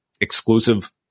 exclusive